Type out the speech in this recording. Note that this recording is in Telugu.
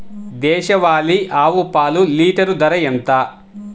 దేశవాలీ ఆవు పాలు లీటరు ధర ఎంత?